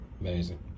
amazing